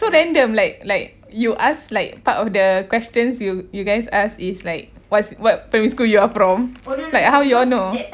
so then the like like you ask like part of the questions you you guys ask is like what's what primary school you are from like how you all know